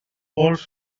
vols